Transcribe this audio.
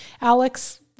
Alex